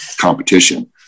competition